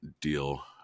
deal